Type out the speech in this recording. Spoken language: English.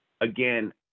again